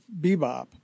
bebop